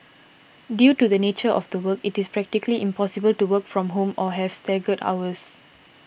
due to the nature of the work it is practically impossible to work from home or have staggered hours